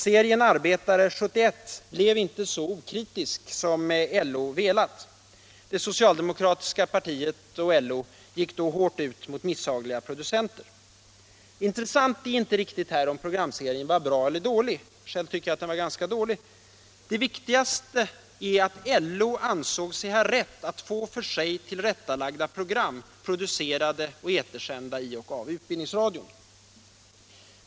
Serien Arbetare 71 blev inte så okritisk som LO velat. Det socialdemokratiska partiet och LO gick hårt ut mot misshagliga producenter. Intressant är inte om programserien var bra eller dålig — själv tycker jag den var dålig. Det viktigaste är att LO ansåg sig ha rätt att få för sig tillrättalagda program producerade och etersända av utbildningsradion.